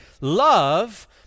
Love